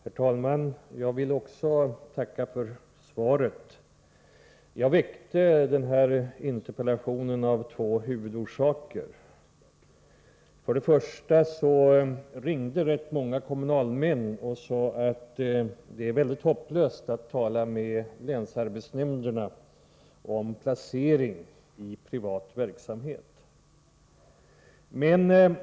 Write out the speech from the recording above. Herr talman! Jag vill också tacka för svaret. Jag ställde den här interpellationen av två skäl. Dels ringde rätt många kommunalmän och sade att det är hopplöst att tala med länsarbetsnämnderna om placering i privat verksamhet.